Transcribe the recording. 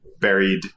buried